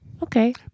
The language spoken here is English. Okay